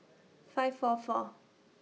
five four four